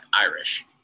Irish